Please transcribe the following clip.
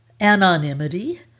anonymity